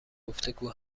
گفتگو